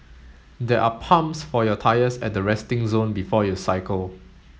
there are pumps for your tyres at the resting zone before you cycle